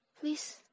Please